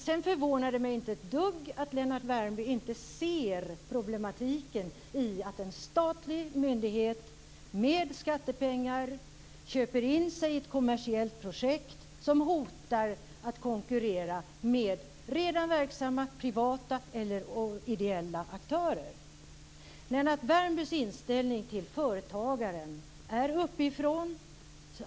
Sedan förvånar det mig inte ett dugg att Lennart Värmby inte ser problematiken i att en statlig myndighet med skattepengar köper in sig i ett kommersiellt projekt som hotar att konkurrera med redan verksamma privata eller ideella aktörer. Lennart Värmbys inställning till företagaren är uppifrån.